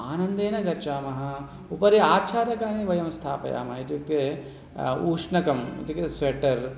आनन्देन गच्छामः उपरि आच्छादकानि वयं स्थापयामः इत्यक्ते उष्णकम् इत्युक्ते स्वेटर्